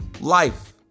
Life